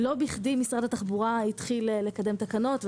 לא בכדי משרד התחבורה התחיל לקדם תקנות,